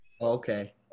Okay